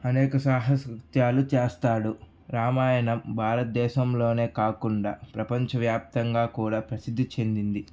అనేక సాహసత్యాలు చేస్తాడు రామాయణం భారతదేశంలోనే కాకుండా ప్రపంచవ్యాప్తంగా కూడా ప్రసిద్ధి చెందింది